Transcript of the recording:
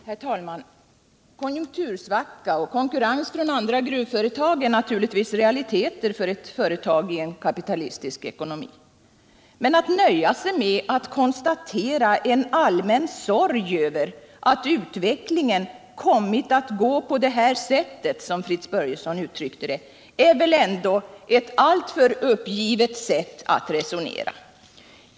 Herr talman! Konjunktursvacka och konkurrens från andra gruvföretag är naturligtvis realiteter för ett företag i en kapitalistisk ekonomi. Men att nöja sig med att konstatera en allmän sorg över att utvecklingen kommit att gå på det här sättet, som Fritz Börjesson uttryckte det, är väl ändå ett alltför uppgivet sätt att resonera.